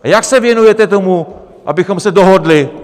Jak se věnujete tomu, abychom se dohodli?